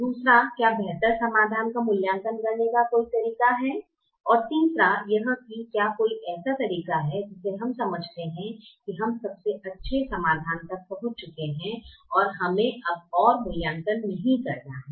दूसरे क्या बेहतर समाधान का मूल्यांकन करने का कोई तरीका है और तीसरा यह है कि क्या कोई ऐसा तरीका है जिसे हम समझते हैं कि हम सबसे अच्छे समाधान तक पहुँच चुके हैं और हमे अब और मूल्यांकन नहीं करना है